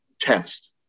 test